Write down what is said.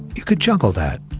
you could juggle that,